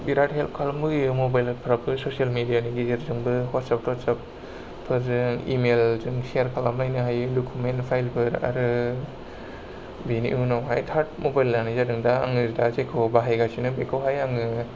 बिराट help खालामबोयो मबाइलफोराबो social मेडियानि जेगेरजोंबो वाट्सएप टवाट्सेपफोरजों इमेलजों शेयार खालामलायनो हायो डकिउमेन्ट फाइलफोर आरो बेनि उनावहाय थार्द मबाइल लानाय जादों दा आङो दा जेखौ बाहायगासिनो बेखौहाय आङो